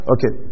Okay